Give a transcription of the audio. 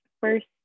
first